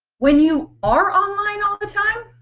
when you our online all the time